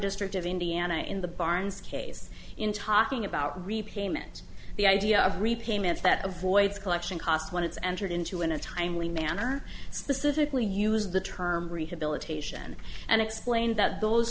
district of indiana in the barn's case in talking about repayment the idea of repayment that avoids collection costs when it's entered into in a timely manner specifically use the term rehabilitation and explain that those